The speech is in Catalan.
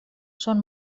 són